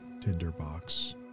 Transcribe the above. tinderbox